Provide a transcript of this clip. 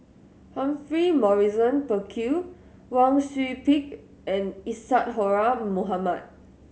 Humphrey Morrison Burkill Wang Sui Pick and Isadhora Mohamed